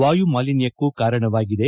ವಾಯು ಮಾಲಿನ್ನಕ್ಕೂ ಕಾರಣವಾಗಿದೆ